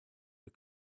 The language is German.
wir